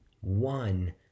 One